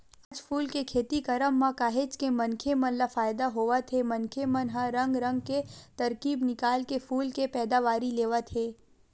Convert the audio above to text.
आज फूल के खेती करब म काहेच के मनखे मन ल फायदा होवत हे मनखे मन ह रंग रंग के तरकीब निकाल के फूल के पैदावारी लेवत हे